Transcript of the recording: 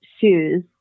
shoes